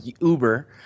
Uber